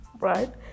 Right